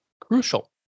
crucial